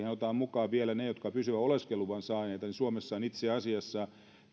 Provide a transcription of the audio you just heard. otetaan mukaan vielä ne jotka ovat pysyvän oleskeluluvan saaneet niin suomessa on itse asiassa tällä hetkellä